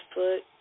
Foot